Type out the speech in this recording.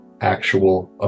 actual